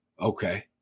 Okay